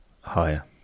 higher